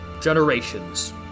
generations